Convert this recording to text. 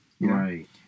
Right